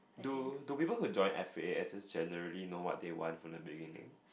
do do people who join F_A_S_S generally know what they want from the beginning